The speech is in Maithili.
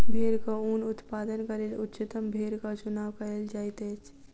भेड़क ऊन उत्पादनक लेल उच्चतम भेड़क चुनाव कयल जाइत अछि